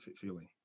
feeling